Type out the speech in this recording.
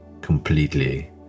completely